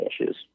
issues